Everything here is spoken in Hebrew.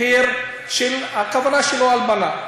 מחיר שהכוונה שלו היא הלבנה.